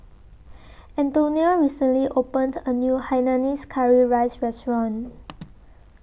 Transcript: Antonia recently opened A New Hainanese Curry Rice Restaurant